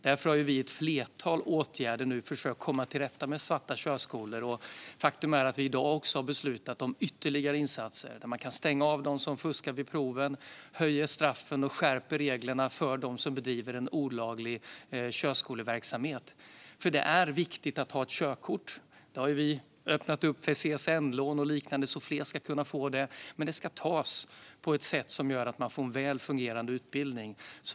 Därför har vi i ett flertal åtgärder nu försökt komma till rätta med svarta körskolor, och faktum är att vi i dag har beslutat om ytterligare insatser: Man kan nu stänga av dem som fuskar vid proven, och vi höjer straffen och skärper reglerna för dem som bedriver olaglig körskoleverksamhet. Det är viktigt att ha körkort - och vi har öppnat upp för CSN-lån och liknande så att fler ska kunna få det - men det ska tas på ett sätt som gör att man får en väl fungerande utbildning.